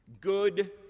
Good